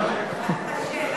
שיצביע.